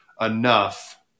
enough